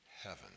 heaven